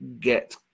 get